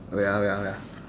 wait ah wait ah wait ah